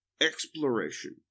exploration